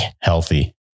healthy